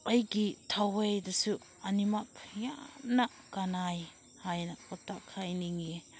ꯑꯩꯒꯤ ꯊꯋꯥꯏꯗꯁꯨ ꯑꯅꯤꯃꯛ ꯌꯥꯝꯅ ꯀꯥꯅꯩ ꯍꯥꯏꯅ ꯄꯥꯎꯇꯥꯛ ꯍꯥꯏꯅꯤꯡꯉꯤꯌꯦ